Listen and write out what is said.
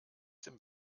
dem